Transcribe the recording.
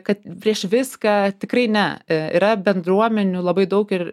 kad prieš viską tikrai ne yra bendruomenių labai daug ir